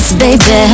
baby